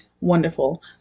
wonderful